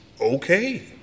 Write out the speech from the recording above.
Okay